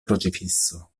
crocifisso